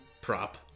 prop